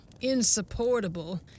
insupportable